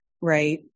right